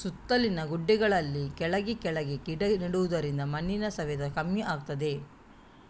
ಸುತ್ತಲಿನ ಗುಡ್ಡೆಗಳಲ್ಲಿ ಕೆಳಗೆ ಕೆಳಗೆ ಗಿಡ ನೆಡುದರಿಂದ ಮಣ್ಣಿನ ಸವೆತ ಕಮ್ಮಿ ಆಗ್ತದೆ